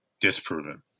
disproven